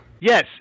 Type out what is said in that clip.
Yes